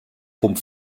pump